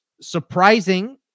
surprising